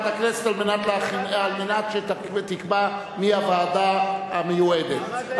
היא תועבר לוועדת הכנסת על מנת שתקבע מי הוועדה המיועדת.